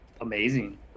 Amazing